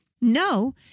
no